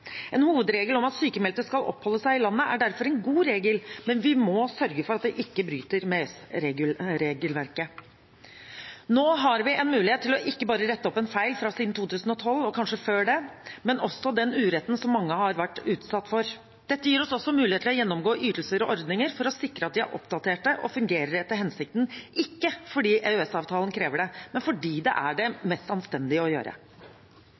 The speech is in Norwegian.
En hovedregel om at sykmeldte skal oppholde seg i landet, er derfor en god regel, men vi må sørge for at den ikke bryter med EØS-regelverket. Nå har vi en mulighet til ikke bare å rette opp en feil som har vært gjort siden 2012 – kanskje før det også – men også den uretten som mange har vært utsatt for. Dette gir oss også mulighet til å gjennomgå ytelser og ordninger for å sikre at de er oppdaterte og fungerer etter hensikten – ikke fordi EØS-avtalen krever det, men fordi det er